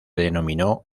denominó